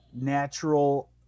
natural